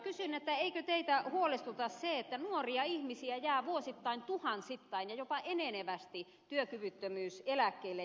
kysyn eikö teitä huolestuta se että nuoria ihmisiä jää vuosittain tuhansittain ja jopa enenevästi työkyvyttömyyseläkkeelle